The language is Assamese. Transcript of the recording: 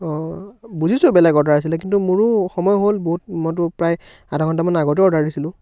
অঁ বুজিছোঁ বেলেগ অৰ্ডাৰ আছিলে কিন্তু মোৰো সময় হ'ল বহুত মইতো প্ৰায় আধা ঘণ্টামানৰ আগতেই অৰ্ডাৰ দিছিলোঁ